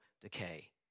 decay